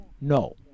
No